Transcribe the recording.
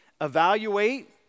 evaluate